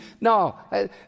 No